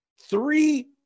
Three